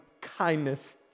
kindness